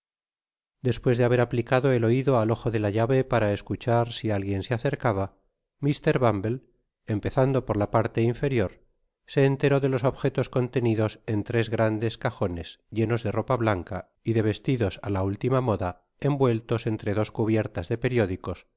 despues de haber aplicado el oido al ojo do la llave para escuchar si alguien se acercaba mr bumble empezando por la parte inferior se enteró de los objetos contenidos en tres grandes cajo nes llenos de ropa blanca y de vestidos á la última moda envueltos entre dos cubiertas de periódicos